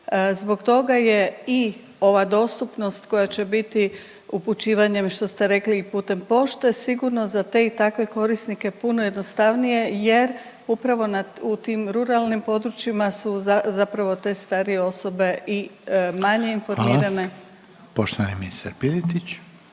Zbog toga je i ova dostupnost koja će biti upućivanjem što ste rekli i putem pošte sigurno za te i takve korisnike puno jednostavnije jer upravo u tim ruralnim područjima su zapravo te starije osobe i manje informirane…/Upadica Reiner: Hvala./….